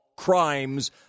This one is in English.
Crimes